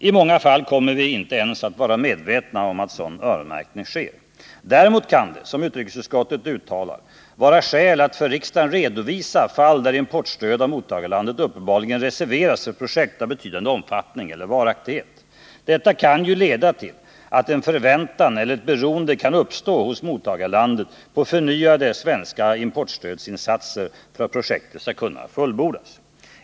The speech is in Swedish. I många fall kommer vi inte ens att vara medvetna om att sådan öronmärkning sker. Däremot kan det, som utrikesutskottet uttalar, vara skäl att för riksdagen redovisa fall där importstöd av mottagarlandet uppenbarligen reserveras för projekt av betydande omfattning eller varaktighet. Detta kan ju leda till att en förväntan eller ett beroende kan uppstå hos mottagarlandet på förnyade svenska importstödsinsatser för att projektet skall kunna fullbordas.